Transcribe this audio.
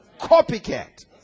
Copycat